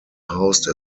housed